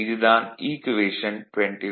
இது தான் ஈக்குவேஷன் 24